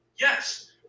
Yes